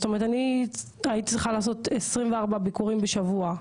זאת אומרת אני הייתי צריכה לעשות 24 ביקורים בשבוע,